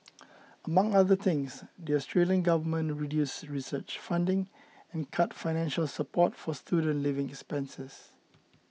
among other things the Australian government reduced research funding and cut financial support for student living expenses